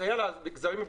לסייע למגזרים בסיכון,